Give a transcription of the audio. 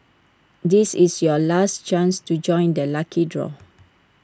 this is your last chance to join the lucky draw